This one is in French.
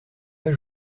pas